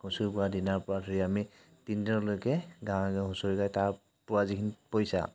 হুঁচৰি গোৱা দিনাৰ পৰা ধৰি আমি তিনিদিনলৈকে গাঁৱে গাঁৱে হুঁচৰি গায় তাৰপৰা যিখিনি পইচা